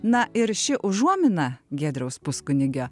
na ir ši užuomina giedriaus puskunigio